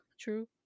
True